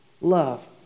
love